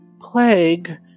plague